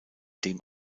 dem